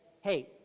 Hey